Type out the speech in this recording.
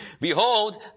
behold